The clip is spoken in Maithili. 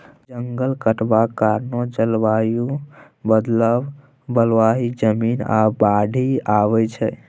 जंगल कटबाक कारणेँ जलबायु बदलब, बलुआही जमीन, आ बाढ़ि आबय छै